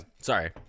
Sorry